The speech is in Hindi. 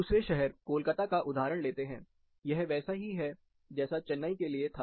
दूसरे शहर कोलकाता का उदाहरण लेते हैं यह वैसा ही है जैसा चेन्नई के लिए था